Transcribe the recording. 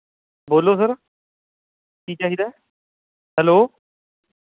ਬੋਲੋ ਸਰ ਕੀ ਚਾਹੀਦਾ ਹੈਲੋ